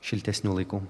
šiltesnių laikų